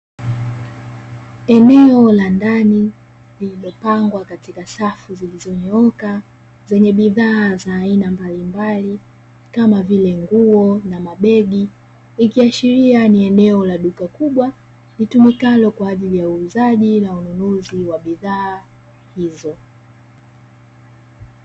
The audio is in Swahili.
Eneo la ndani lililopangwa katika safu zilizonyooka zenye bidhaa za aina mbalimbali, kama vile; nguo na mabegi ikiashiria ni eneo la duka kubwa, litumikalo kwa ajili ya uuzaji na ununuzi wa bidhaa hizo.